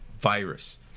virus